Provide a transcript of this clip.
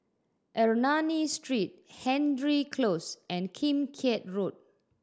Ernani Street Hendry Close and Kim Keat Road